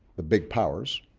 the big powers,